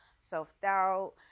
self-doubt